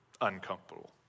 Uncomfortable